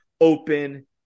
open